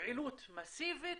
פעילות מסיבית